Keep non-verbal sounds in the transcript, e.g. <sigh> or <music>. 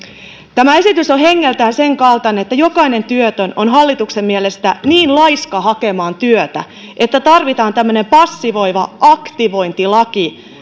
tämä esitys on hengeltään senkaltainen että jokainen työtön on hallituksen mielestä niin laiska hakemaan työtä että tarvitaan tämmöinen passivoiva aktivointilaki <unintelligible>